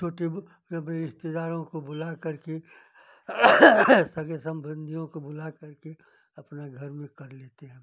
छोटे ब सब रिश्तेदारों को बुला करके सगे संबंधियों को बुला करके अपना घर में कर लेते हैं